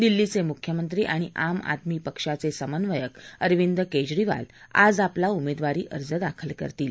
दिल्लीचे मुख्यमंत्री आणि आम आदमी पक्षाचे समन्वयक अरविंद केजरीवाल आज आपला उमेदवारी अर्ज दाखल करतील